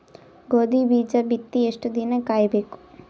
ಗೋಧಿ ಬೀಜ ಬಿತ್ತಿ ಎಷ್ಟು ದಿನ ಕಾಯಿಬೇಕು?